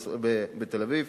בתל-אביב,